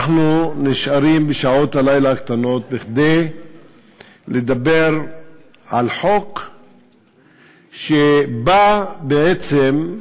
אנחנו נשארים בשעות הלילה הקטנות כדי לדבר על חוק שבא בעצם,